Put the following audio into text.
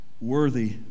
worthy